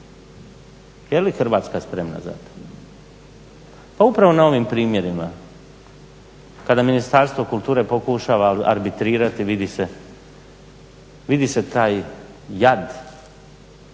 je li Hrvatska spremna za to? Pa upravo na ovim primjerima kada Ministarstvo kulture pokušava arbitrirati, vidi se taj jad